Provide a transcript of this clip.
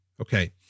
okay